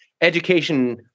education